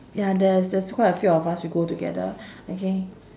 ya there's there's quite a few of us we go together okay